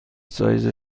سایز